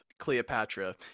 Cleopatra